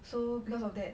so because of that